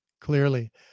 clearly